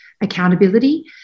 accountability